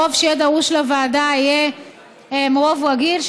הרוב שיהיה דרוש לוועדה יהיה רוב רגיל,